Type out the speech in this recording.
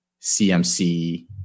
CMC